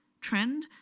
trend